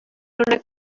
una